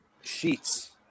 sheets